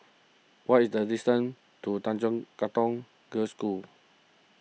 what is the distance to Tanjong Katong Girls' School